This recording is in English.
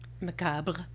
Macabre